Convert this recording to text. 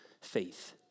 faith